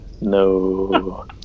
No